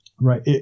Right